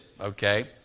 okay